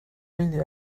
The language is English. really